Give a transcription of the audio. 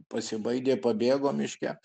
pasibaidė pabėgo miške